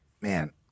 man